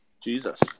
Jesus